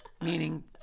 Meaning